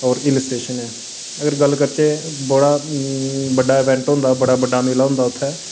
होर hill station ऐ अगर गल्ल करचै बड़ा बड़्ड़ा इवैंट हुंदा बड़ा बड़्ड़ा मेला होंदा उत्थै